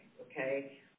okay